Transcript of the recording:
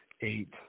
eight